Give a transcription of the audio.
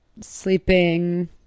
sleeping